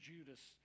Judas